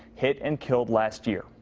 hit and killed last year.